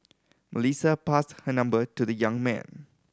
Melissa passed her number to the young man